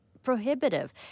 prohibitive